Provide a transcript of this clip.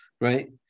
right